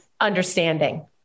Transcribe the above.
understanding